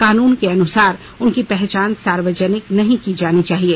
कानून के अनुसार उनकी पहचान सार्यजनिक नहीं की जानी चाहिए